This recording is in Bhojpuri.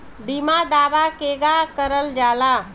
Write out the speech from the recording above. बीमा दावा केगा करल जाला?